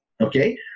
Okay